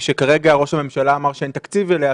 כרגע ראש הממשלה אמר שאין תקציב אליה.